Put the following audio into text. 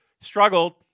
struggled